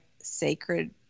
sacred